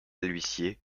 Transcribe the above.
l’huissier